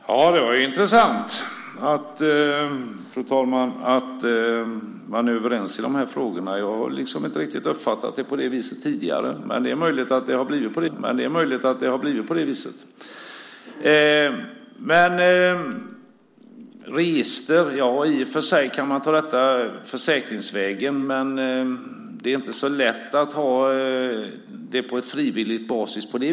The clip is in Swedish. Fru talman! Det var intressant att man är överens i de här frågorna. Jag har inte riktigt uppfattat det så tidigare. Det är möjligt att det har blivit så. Man kan i och för sig ta detta försäkringsvägen, men det är inte så lätt att ha det på en frivillig basis.